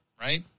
right